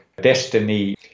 destiny